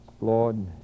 Lord